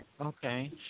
Okay